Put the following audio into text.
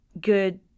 good